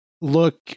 look